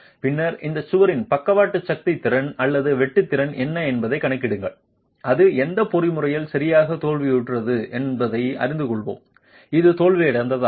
பின்னர் இந்த சுவரின் பக்கவாட்டு சக்தி திறன் அல்லது வெட்டு திறன் என்ன என்பதைக் கணக்கிடுங்கள் அது எந்த பொறிமுறையில் சரியாக தோல்வியுற்றது என்பதையும் அறிந்து கொள்வோம் இது தோல்வியடைவதாகும்